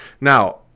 now